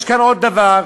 יש כאן עוד דבר,